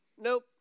nope